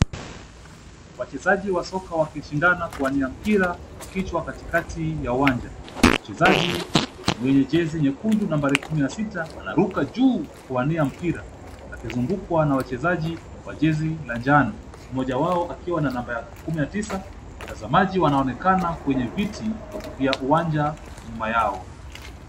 Wachezaji wa soka wameshindana kuwania mpira kwa kichwa katikati ya uwanja. Mchezaji mwenye jezi nyekundu nambari kumi na sita anaruka juu kuwania mpira akizungukwa na wachezaji wa jezi la njano, mmoja wao akiwa na namba ya kumi na tisa. Watazamaji wanaonekana kwenye viti vya uwanja nyuma yao.